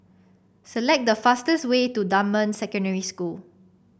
select the fastest way to Dunman Secondary School